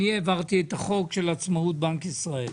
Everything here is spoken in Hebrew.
אני העברתי את החוק של עצמאות בנק ישראל.